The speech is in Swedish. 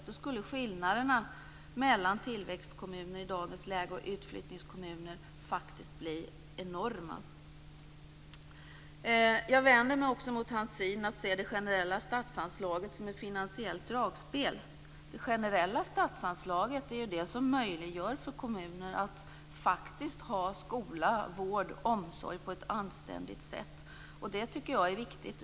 Då skulle skillnaderna mellan tillväxtkommuner i dagens läge och utflyttningskommuner faktiskt bli enorma. Jag vänder mig också mot Per Landgrens syn på det generella statsanslaget som ett finansiellt dragspel. Det är faktiskt det generella statsanslaget som möjliggör för kommuner att ha anständigt utformad skola, vård och omsorg. Jag tycker att det är viktigt.